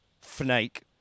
snake